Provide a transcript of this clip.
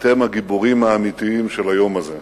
אתם הגיבורים האמיתיים של היום הזה.